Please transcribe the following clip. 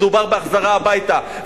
מדובר בהחזרה הביתה,